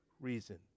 reason